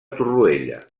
torroella